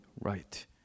right